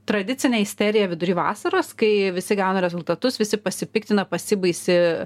tradicinė isterija vidury vasaros kai visi gauna rezultatus visi pasipiktina pasibaisi